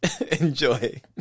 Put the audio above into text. Enjoy